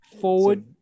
forward